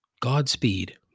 Godspeed